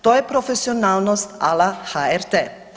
To je profesionalnost a la HRT.